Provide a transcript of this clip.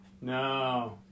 No